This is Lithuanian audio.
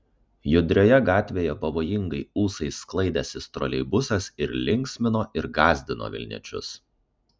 judrioje gatvėje pavojingai ūsais sklaidęsis troleibusas ir linksmino ir gąsdino vilniečius